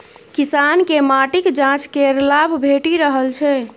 किसानकेँ माटिक जांच केर लाभ भेटि रहल छै